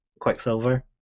Quicksilver